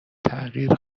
تغییر